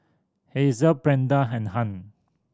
Hazel Brenda and Hunt